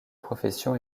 profession